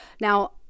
now